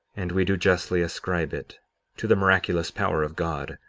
and we do justly ascribe it to the miraculous power of god,